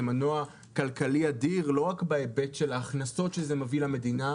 זה מנוע כלכלי אדיר לא רק בהיבט ההכנסות שזה מביא למדינה,